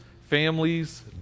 families